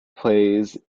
plays